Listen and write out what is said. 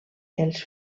els